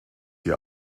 hier